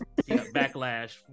backlash